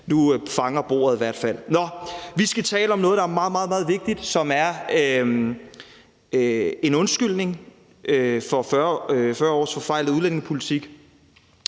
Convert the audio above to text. Nu fanger bordet i hvert fald. Nå, vi skal tale om noget, der er meget, meget vigtigt, nemlig en undskyldning for 40 års forfejlede udlændingepolitik,